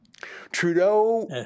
Trudeau